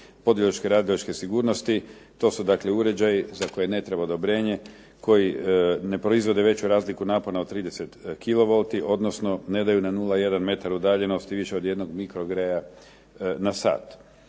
za ... radiološke sigurnosti. To su dakle uređaji za koje ne treba odobrenje, koji ne proizvode veću razliku napona od 30 kilovolti, odnosno ne daju nam 0,1 metar udaljenosti više od jednog mikrogreja na sat.